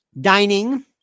Dining